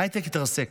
ההייטק התרסק,